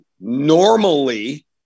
normally